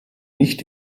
nicht